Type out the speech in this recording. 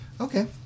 Okay